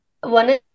one